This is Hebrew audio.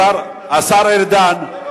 השר ארדן.